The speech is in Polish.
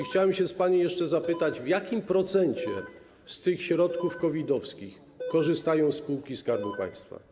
Chciałem jeszcze zapytać: W jakim procencie z tych środków COVID-owskich korzystają spółki Skarbu Państwa?